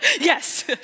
Yes